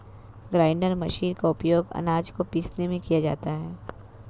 grinder machine का उपयोग आनाज को पीसने में किया जाता है